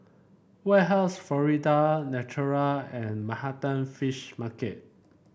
Warehouse Florida Natural and Manhattan Fish Market